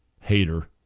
hater